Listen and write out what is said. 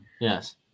Yes